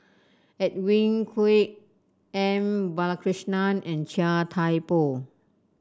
Edwin Koek M Balakrishnan and Chia Thye Poh